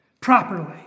properly